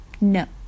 No